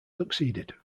succeeded